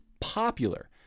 popular